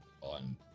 on